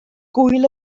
gŵyl